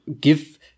give